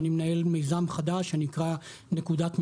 אני מנהל מיזם חדש שנקרא נקודת מפנה,